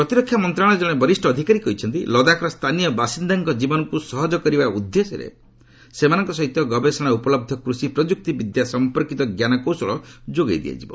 ପ୍ରତିରକ୍ଷା ମନ୍ତ୍ରଣାଳୟର ଜଣେ ବରିଷ୍ଠ ଅଧିକାରୀ କହିଛନ୍ତି ଲଦାଖର ସ୍ଥାନୀୟ ବାସିନ୍ଦାଙ୍କ ଜୀବନକ୍ ସହଜ କରିବା ଉଦ୍ଦେଶ୍ୟରେ ସେମାନଙ୍କ ଗବେଷଣା ଉପଲହ କୃଷି ପ୍ରଯୁକ୍ତି ବିଦ୍ୟା ସମ୍ପର୍କୀତ ଜ୍ଞାନକୌଶଳ ଯୋଗାଇ ଦିଆଯିବ